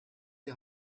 die